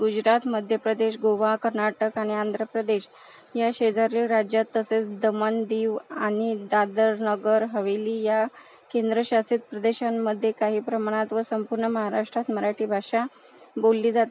गुजरात मध्य प्रदेश गोवा कर्नाटक आणि आंध्र प्रदेश या शेजारील राज्यात तसेच दमण दीव आणि दादर नगरहवेली या केंद्रशासित प्रदेशांमध्ये काही प्रमाणात व संपूर्ण महाराष्ट्रात मराठी भाषा बोलली जाते